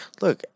Look